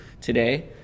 today